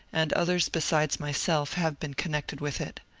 and others besides myself have been connected with it.